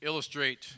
illustrate